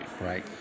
Right